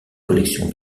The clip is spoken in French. collection